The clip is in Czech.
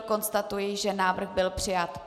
Konstatuji, že návrh byl přijat.